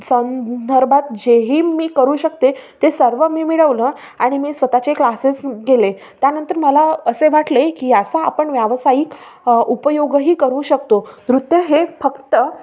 संदर्भात जेही मी करू शकते ते सर्व मी मिळवलं आणि मी स्वत चे क्लासेस गेले त्यानंतर मला असे वाटले की याचा आपण व्यावसायिक उपयोगही करू शकतो नृत्य हे फक्त